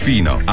Fino